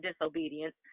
disobedience